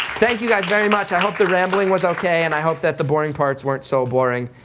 thank you, guys very much, i hope the rambling was okay, and i hope that the boring parts weren't so boring.